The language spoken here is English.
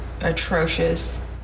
atrocious